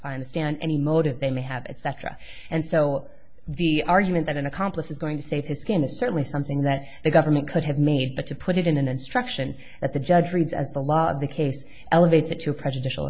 testify understand any motive they may have etc and so the argument that an accomplice is going to save his skin is certainly something that the government could have made but to put it in an instruction that the judge reads as the law of the case elevates it to prejudicial